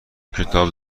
کتاب